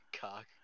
cock